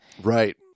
Right